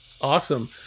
Awesome